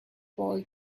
boy